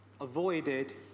avoided